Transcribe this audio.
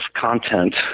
content